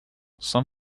some